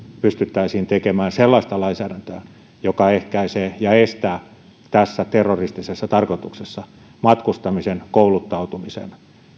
pystyttäisiin tekemään sellaista lainsäädäntöä joka ehkäisee ja estää terroristisessa tarkoituksessa matkustamisen kouluttautumisen